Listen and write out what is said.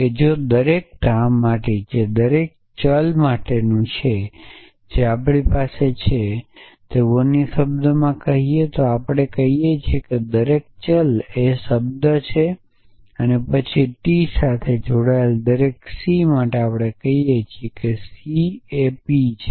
કે જો દરેક ધાર માટે જે દરેક ચલ માટેનું છે જે આપણી પાસે છે તેવું અન્ય શબ્દોમાં કહીએ તો આપણે કહીએ છીએ કે દરેક ચલ એ શબ્દ શબ્દ છે પછી ટી સાથે જોડાયેલા દરેક સી માટે આપણે કહીએ છીએ કે સી એ p છે